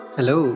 Hello